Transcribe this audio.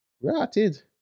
Ratted